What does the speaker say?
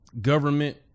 government